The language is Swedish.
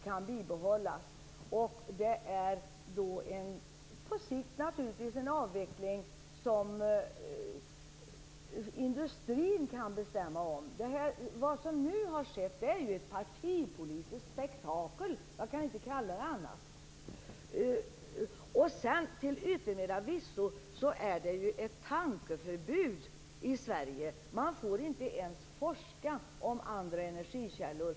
Det vi skall ha är en avveckling - på sikt, naturligtvis - som industrin kan bestämma om. Vad som nu har skett är ju ett partipolitiskt spektakel - jag kan inte kalla det annat. Till yttermera visso har vi ett tankeförbud i Sverige. Man får inte ens forska om andra energikällor.